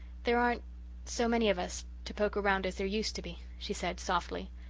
there aren't so many of us to poke around as there used to be, she said softly.